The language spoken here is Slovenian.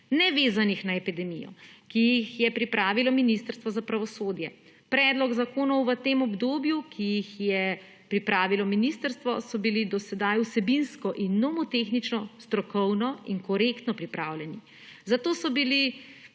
nevezanih na epidemijo, ki jih je pripravilo Ministrstvo za pravosodje. Predlog zakonov v tem obdobju, ki jih je pripravilo ministrstvo so bili do sedaj vsebinsko in nomotehnično strokovno in korektno pripravljeni. Zato so bili